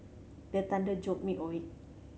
the thunder jolt me awake